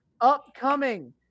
upcoming